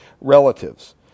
relatives